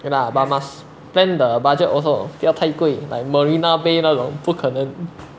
ya lah but must plan the budget also 不要太贵 like marina bay 那种不可能